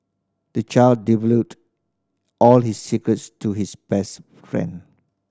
the child divulged all his secrets to his best friend